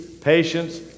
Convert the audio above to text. patience